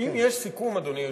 אדוני היושב-ראש,